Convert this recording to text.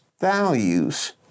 values